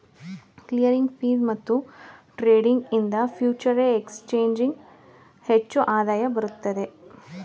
clearing fees ಮತ್ತು trading ಇಂದ ಫ್ಯೂಚರೆ ಎಕ್ಸ್ ಚೇಂಜಿಂಗ್ ಹೆಚ್ಚು ಆದಾಯ ಬರುತ್ತದೆ